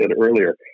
earlier